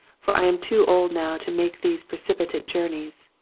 for i am too old now to make these pre cipitate journeys.